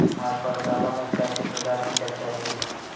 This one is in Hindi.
आज पाठशाला में कर के प्रकार की चर्चा हुई